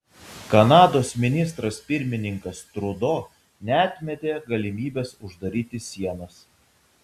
kanados ministras pirmininkas trudo neatmetė galimybės uždaryti sienas